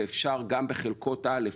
ואפשר גם בחלקות א'.